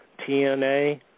TNA